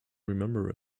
remember